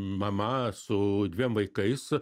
mama su dviem vaikais